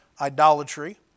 idolatry